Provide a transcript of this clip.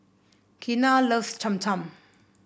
Keena loves Cham Cham